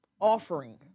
offering